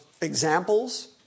examples